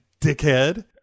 dickhead